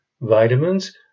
vitamins